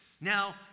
Now